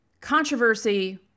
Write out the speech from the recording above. controversy